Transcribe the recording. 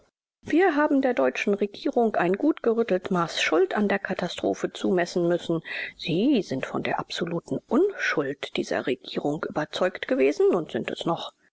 wir haben der deutschen regierung ein gut gerüttelt maß schuld an der katastrophe zumessen müssen sie sind von der absoluten unschuld dieser regierung überzeugt gewesen und sind es noch